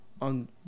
on